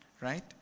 right